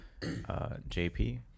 JP